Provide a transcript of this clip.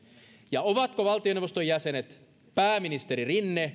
ja ovatko valtioneuvoston jäsenet pääministeri rinne ja omistajaohjausministeri paatero antaneet eduskunnalle